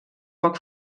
poc